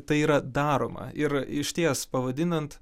tai yra daroma ir išties pavadinant